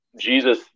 Jesus